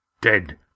dead